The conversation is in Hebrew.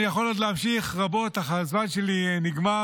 אני יכול להמשיך עוד רבות אך הזמן שלי נגמר.